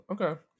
okay